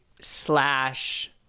slash